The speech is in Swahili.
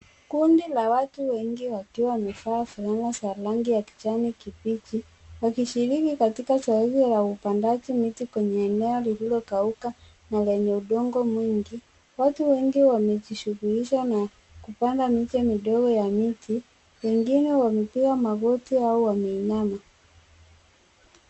Kundi la watu wengi wakiwa wamevaa fulana za rangi ya kijani kibichi wakishiriki katika zoezi la upandaji miti kwenye eneo lililokauka na lenye udongo mwingi, watu wengi wanajishughulisha na kupanda miche midogo ya miti. Wengine wamepiga magoti au wameinama.